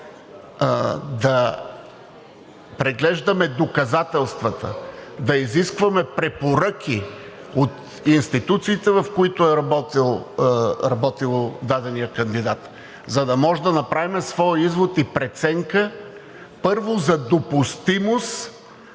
да преглеждаме доказателствата, да изискваме препоръки от институциите, в които е работил даденият кандидат, за да може да направим своя извод и преценка първо за допустимост